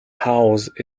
house